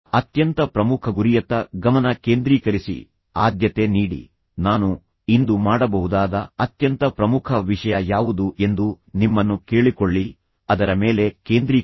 ಅತ್ಯಂತ ಪ್ರಮುಖ ಗುರಿಯತ್ತ ಗಮನ ಕೇಂದ್ರೀಕರಿಸಿ ಆದ್ಯತೆ ನೀಡಿ ನಾನು ಇಂದು ಮಾಡಬಹುದಾದ ಅತ್ಯಂತ ಪ್ರಮುಖ ವಿಷಯ ಯಾವುದು ಎಂದು ನಿಮ್ಮನ್ನು ಕೇಳಿಕೊಳ್ಳಿ ಅದರ ಮೇಲೆ ಕೇಂದ್ರೀಕರಿಸಿ